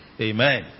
Amen